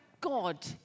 God